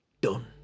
done